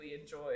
enjoy